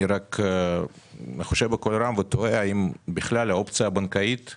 אני רק חושב בקול רם ותוהה האם בכלל האופציה של